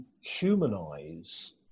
humanize